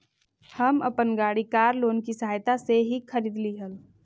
हम अपन गाड़ी कार लोन की सहायता से ही खरीदली हल